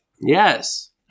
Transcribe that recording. Yes